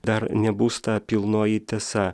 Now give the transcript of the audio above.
dar nebus ta pilnoji tiesa